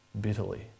bitterly